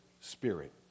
spirit